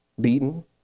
beaten